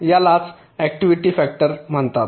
यालाच activity factor म्हणतात